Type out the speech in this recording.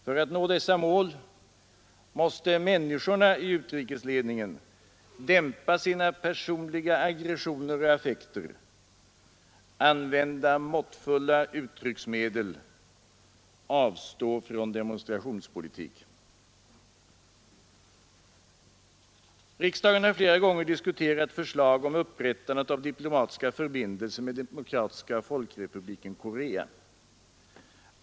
För att nå dessa mål måste människorna i utrikesledningen dämpa sina personliga aggressioner och affekter, använda måttfulla uttrycksmedel, avstå från demonstrationspolitik. Riksdagen har flera gånger diskuterat förslag om upprättande av diplomatiska förbindelser med Demokratiska folkrepubliken Korea.